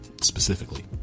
specifically